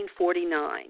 1949